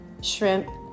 shrimp